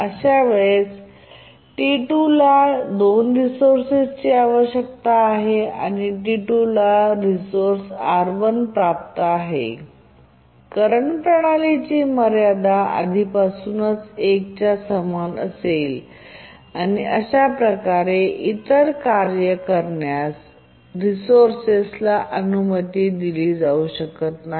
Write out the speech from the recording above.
येथे T2 ला 2 resource आवश्यक आहेत आणि T2 ला रिसोर्स R1 प्राप्त आहे करंट प्रणालीची मर्यादा आधीपासूनच 1 च्या समान असेल आणि अशा प्रकारे इतर कार्य रिसोर्सस अनुमती दिली जाऊ शकत नाही